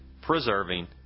preserving